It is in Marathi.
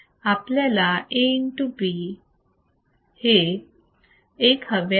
आपल्याला A β हे 1 हवे आहे